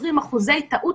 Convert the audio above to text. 20% טעות,